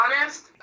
honest